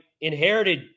inherited